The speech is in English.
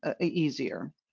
easier